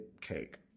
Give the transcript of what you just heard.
cake